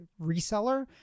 reseller